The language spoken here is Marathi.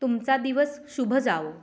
तुमचा दिवस शुभ जावो